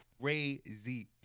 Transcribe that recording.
crazy